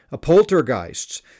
Poltergeists